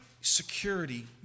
security